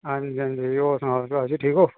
हां जी हां जी होर सनाओ सुभाष जी ठीक ओ